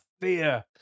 fear